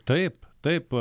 taip taip